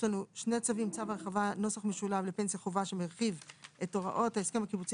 כל אלה: (1) חבה לפנסיה חובה ממרחיב את הוראות ההסכם הקיבוצי